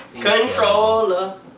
Controller